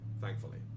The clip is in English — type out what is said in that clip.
Thankfully